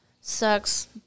sucks